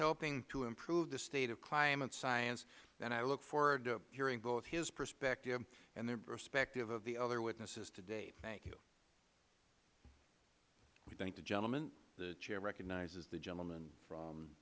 helping to improve the state of climate science and i look forward to hearing both his perspective and the perspective of the other witnesses today thank you the chairman we thank the gentleman the chair recognizes the gentleman from